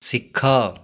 ଶିଖ